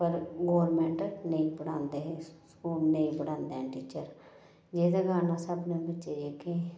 पर गोरमेंट नेईं पढ़ांदे हे स्कूल नेईं पढ़ांदे टीचर जेह्दे कारण अस अपने बच्चे जेह्के